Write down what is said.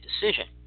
decision